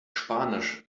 spanisch